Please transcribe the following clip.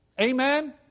Amen